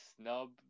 snub